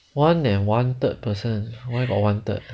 one and one third person why got one third